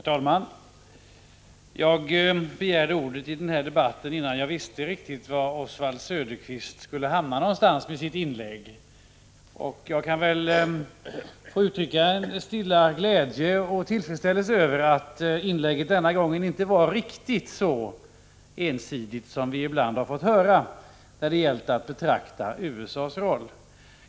Herr talman! Jag begärde ordet i den här debatten innan jag visste var Oswald Söderqvist skulle hamna med sitt inlägg, och jag kan väl få uttrycka en stilla glädje och tillfredsställelse över att inlägget denna gång inte var riktigt så ensidigt som vi ibland har fått höra när det gällt att betrakta USA:s roll.